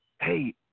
hey